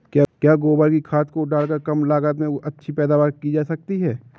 क्या गोबर की खाद को डालकर कम लागत में अच्छी पैदावारी की जा सकती है?